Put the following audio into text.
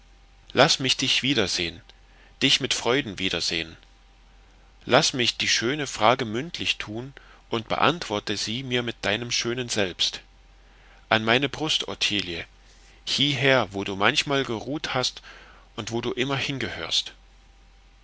laß mich dich wiedersehen dich mit freuden wiedersehen laß mich die schöne frage mündlich tun und beantworte sie mir mit deinem schönen selbst an meine brust ottilie hieher wo du manchmal geruht hast und wo du immer hingehörst